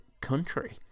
country